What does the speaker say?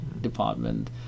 department